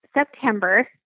September